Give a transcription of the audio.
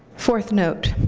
fourth note.